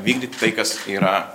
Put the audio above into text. vykdyti tai kas yra